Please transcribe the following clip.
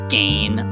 gain